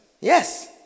Yes